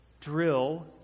drill